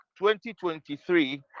2023